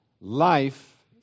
life